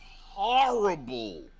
horrible